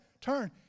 Turn